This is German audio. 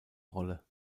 rolle